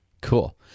Cool